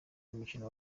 y’umukino